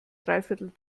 dreiviertel